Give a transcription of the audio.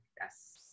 yes